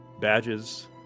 badges